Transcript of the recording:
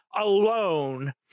alone